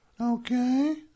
Okay